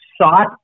sought